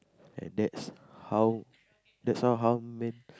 and that's how that's how how man